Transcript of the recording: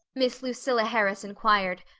miss lucilla harris inquired,